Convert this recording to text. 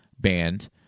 band